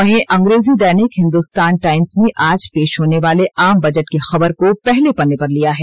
वहीं अंग्रेजी दैनिक हिन्दुस्तान टाईम्स ने आज पेश होने वाले आम बजट की खबर को पहले पन्ने पर लिया है